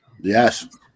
Yes